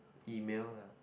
email lah